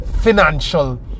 financial